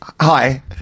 hi